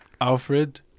Alfred